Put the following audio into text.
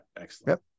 excellent